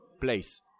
place